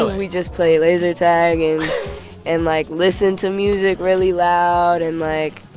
we just played laser tag and, like, listened to music really loud. and, like,